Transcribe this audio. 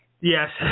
Yes